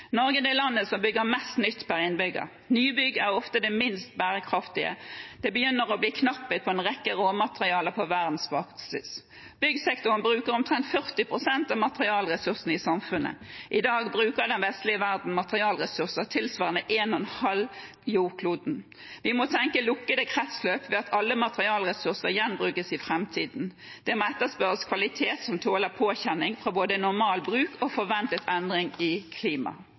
Norge er det landet som bygger mest nytt per innbygger. Nybygg er ofte det minst bærekraftige. Det begynner å bli knapphet på en rekke råmaterialer på verdensbasis. Byggsektoren bruker omtrent 40 pst. av materialressursene i samfunnet. I dag bruker den vestlige verden materialressurser tilsvarende en og en halv jordklode. Vi må tenke lukkede kretsløp ved at alle materialressurser gjenbrukes i framtiden. Det må etterspørres kvalitet som tåler påkjenning fra både normal bruk og forventede endringer i klimaet.